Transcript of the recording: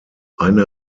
eine